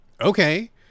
okay